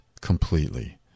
completely